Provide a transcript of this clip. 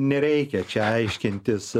nereikia čia aiškintis